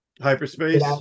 hyperspace